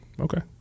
Okay